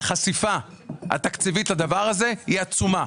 החשיפה התקציבית לדבר הזה היא עצומה.